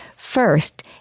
First